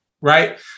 Right